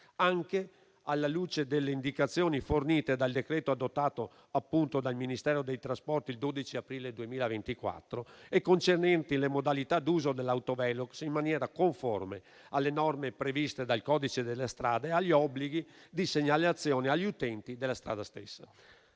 anche alla luce delle indicazioni fornite dal decreto adottato dal Ministero dei trasporti il 12 aprile 2024, concernenti le modalità d'uso dell'autovelox in maniera conforme alle norme previste dal codice della strada e agli obblighi di segnalazione agli utenti della strada stessa.